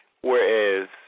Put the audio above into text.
whereas